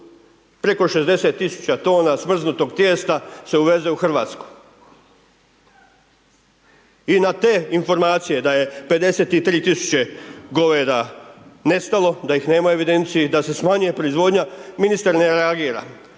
preko 60 000 tona smrznutog tijesta se uveze u Hrvatsku. I na te informacije da je 53 000 goveda nestalo, da ih nema u evidenciji, da se smanjuje proizvodnja, ministar ne reagira